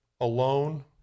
alone